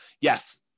yes